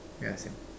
yeah same